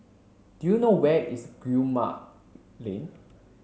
do you know where is Guillemard Lane